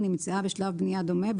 או נמצאה בשלב בנייה דומה,